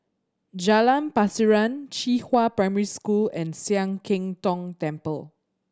Jalan Pasiran Qihua Primary School and Sian Keng Tong Temple